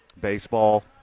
Baseball